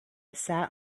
sat